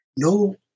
No